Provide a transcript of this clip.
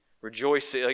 rejoice